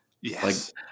Yes